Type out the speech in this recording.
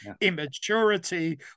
immaturity